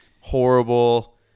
horrible